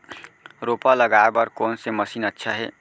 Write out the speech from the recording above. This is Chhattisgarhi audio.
रोपा लगाय बर कोन से मशीन अच्छा हे?